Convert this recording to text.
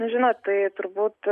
žinot tai turbūt